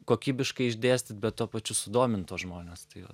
kokybiškai išdėstyt bet tuo pačiu sudomint tuos žmones tai va